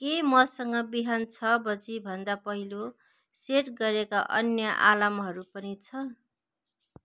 के मसँग बिहान छ बजी भन्दा पहिले सेट गरिएका अन्य अलार्महरू पनि छन्